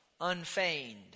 unfeigned